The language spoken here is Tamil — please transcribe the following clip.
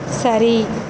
சரி